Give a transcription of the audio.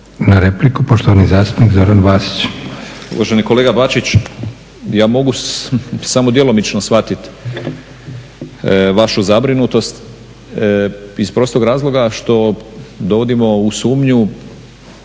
na repliku, poštovani zastupnik Zoran Vasić. **Vasić, Zoran (SDP)** Uvažena kolega Bačić, ja mogu samo djelomično shvatiti vašu zabrinutost, iz prostog razloga što dovodimo u sumnju